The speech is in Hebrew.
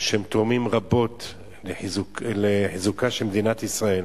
שהם תורמים לחיזוקה של מדינת ישראל.